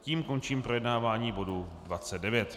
Tím končím projednávání bodu 29.